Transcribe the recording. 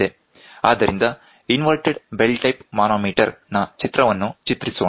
ಆದ್ದರಿಂದ inverted bell type manometer ನ ಚಿತ್ರವನ್ನು ಚಿತ್ರಿಸೋಣ